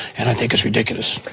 and i think it's ridiculous.